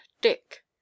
dick